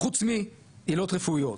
חוץ מעילות רפואיות,